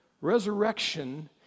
Resurrection